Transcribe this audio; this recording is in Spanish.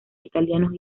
italianos